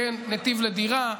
"נתיב לדירה",